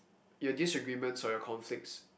your disagreements or your conflicts